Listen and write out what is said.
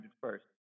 first